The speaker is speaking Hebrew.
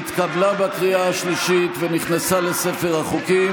התקבלה בקריאה השלישית ונכנסה לספר החוקים.